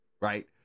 right